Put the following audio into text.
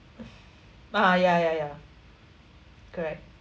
(uh huh) ya ya ya correct